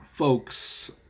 folks